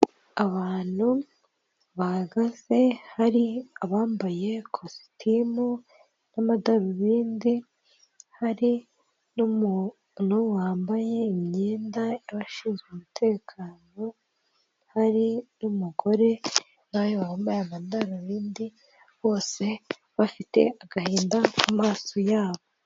Abantu bahagaze hari abambaye ikositimu n'amadarubindi hari n'umuntu wambaye imyenda y'abashinzwe umutekano hari n'umugore nawe wambaye amadarubindi bose bafite agahinda mu maso yabo.